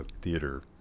theater